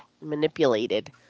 manipulated